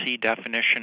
definition